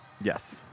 Yes